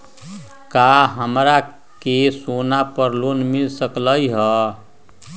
का हमरा के सोना पर लोन मिल सकलई ह?